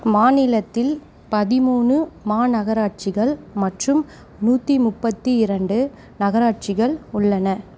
மாநிலத்தில் பதிமூணு மாநகராட்சிகள் மற்றும் நூற்றி முப்பத்தி இரண்டு நகராட்சிகள் உள்ளன